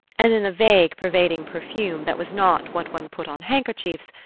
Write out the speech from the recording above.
and in the vague pervading perfume that was not what one put on handkerchiefs,